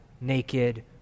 naked